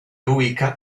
ubica